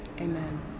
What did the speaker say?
amen